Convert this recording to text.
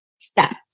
step